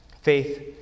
Faith